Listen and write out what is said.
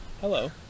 Hello